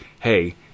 Hey